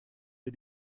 wir